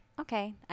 okay